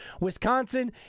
Wisconsin